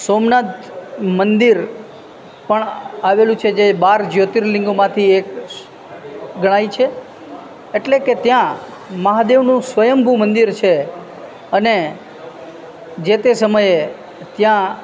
સોમનાથ મંદિર પણ આવેલું છે જે બાર જ્યોતિર્લિંગોમાંથી એક ગણાય છે એટલે કે ત્યાં મહાદેવનું સ્વયંભૂ મંદિર છે અને જે તે સમયે ત્યાં